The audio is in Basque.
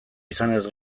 izanez